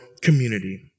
community